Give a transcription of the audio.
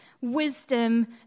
wisdom